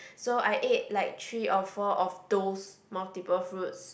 so I ate like three or four of those multiple fruits